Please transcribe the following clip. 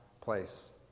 place